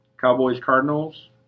Cowboys-Cardinals